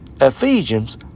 Ephesians